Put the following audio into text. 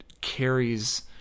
carries